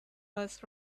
less